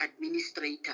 administrator